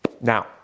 Now